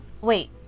wait